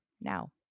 Now